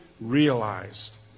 realized